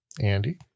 Andy